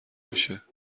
میشه